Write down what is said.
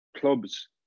clubs